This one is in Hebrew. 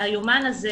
האומנה,